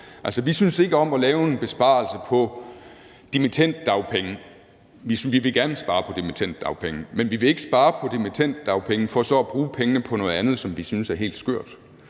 Altså, vi synes ikke om at lave en besparelse på dimittenddagpenge. Vi vil gerne spare på dimittenddagpenge, men vi vil ikke spare på dimittenddagpenge for så at bruge pengene på noget andet, som vi synes er helt skørt,